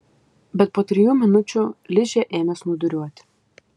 bet po trijų minučių ližė ėmė snūduriuoti